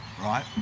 right